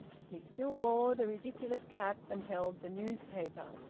he still wore the ridiculous cap and held the newspaper.